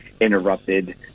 interrupted